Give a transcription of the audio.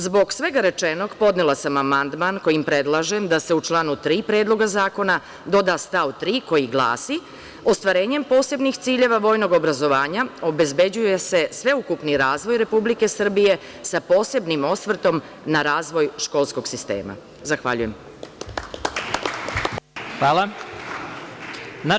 Zbog svega rečenog, podnela sam amandman kojim predlažem da se u članu 3. Predloga zakona doda stav 3. koji glasi: „Ostvarenjem posebnih ciljeva vojnog obrazovanja obezbeđuje se sveukupni razvoj Republike Srbije, sa posebnim osvrtom na razvoj školskog sistema.“ Zahvaljujem.